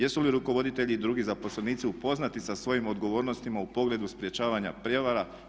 Jesu li rukovoditelji i drugi zaposlenici upoznati sa svojim odgovornostima u pogledu sprječavanja prijevara?